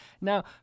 Now